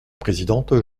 présidente